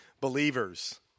believers